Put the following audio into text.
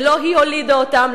שלא היא הולידה אותן,